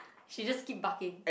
she just keep barking